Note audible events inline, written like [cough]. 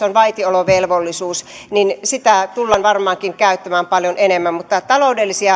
[unintelligible] on vaitiolovelvollisuus sitä tullaan varmaankin käyttämään paljon enemmän mutta taloudelliset [unintelligible]